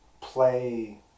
play